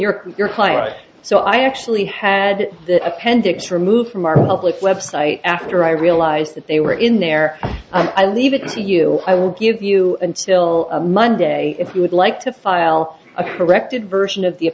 right so i actually had the appendix removed from our public website after i realized that they were in there i leave it to you i will give you until monday if you would like to file a corrected version of the